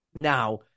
Now